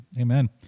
Amen